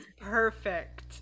perfect